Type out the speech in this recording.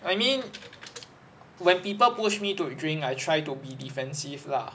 I mean when people push me to drink I try to be defensive lah